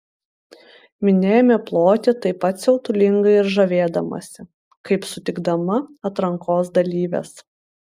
minia ėmė ploti taip pat siautulingai ir žavėdamasi kaip sutikdama atrankos dalyves